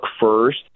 first